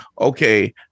okay